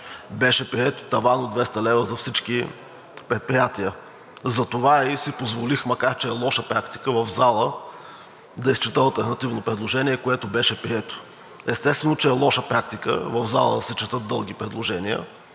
беше приет таван от 200 лв. за всички предприятия. Затова си позволих, макар че е лоша практика в залата, да изчета алтернативно предложение, което беше прието. Естествено, че е лоша практика в залата да се четат дълги предложения.